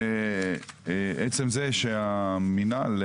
עצם זה שהמנהל,